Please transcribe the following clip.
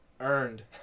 Earned